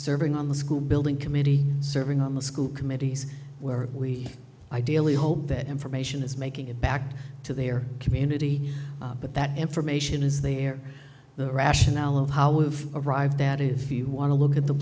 serving on the school building committee serving on the school committees where we ideally hope that information is making it back to their community but that information is there the rationale of how we've arrived that if you want to look at the